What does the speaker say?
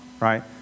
right